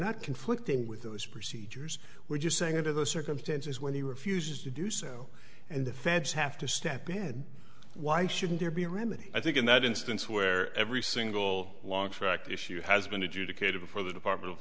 not conflicting with those procedures we're just saying under the circumstances when he refuses to do so and the feds have to step in why shouldn't there be a remedy i think in that instance where every single long fact issue has been adjudicated before the department of